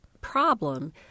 problem